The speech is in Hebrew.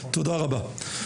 תודה רבה.